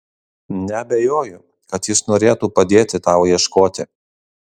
neabejoju kad jis norėtų padėti tau ieškoti